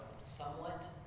somewhat